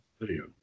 video